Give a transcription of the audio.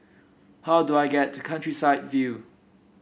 how do I get to Countryside View